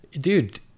dude